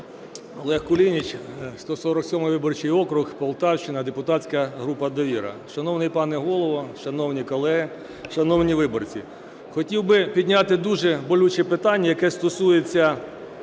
Олег Кулініч, 147 виборчий округ, Полтавщина, депутатська група "Довіра". Шановний пане Голово, шановні колеги, шановні виборці! Хотів би підняти дуже болюче питання, яке стосується